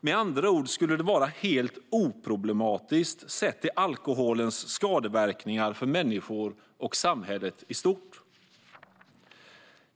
Med andra ord skulle det vara helt oproblematiskt sett till alkoholens skadeverkningar för människor och samhället i stort.